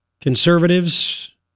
Conservatives